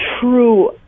true